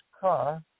car